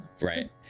Right